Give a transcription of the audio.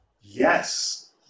Yes